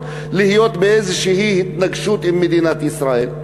להיות באיזושהי התנגשות עם מדינת ישראל.